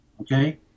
okay